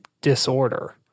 disorder